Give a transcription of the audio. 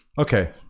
okay